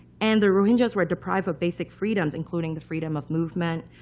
and the rohingyas were deprived of basic freedoms, including the freedom of movement,